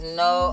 no